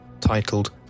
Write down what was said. titled